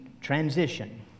transition